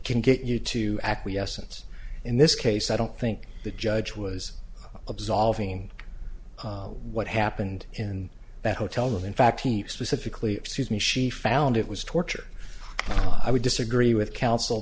can get you to acquiescence in this case i don't think the judge was absolving what happened in that hotel in fact he specifically excuse me she found it was torture i would disagree with coun